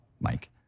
Mike